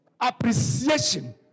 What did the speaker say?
appreciation